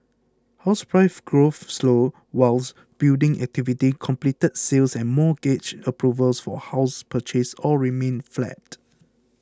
house price growth slowed whilst building activity completed sales and mortgage approvals for house purchase all remained flat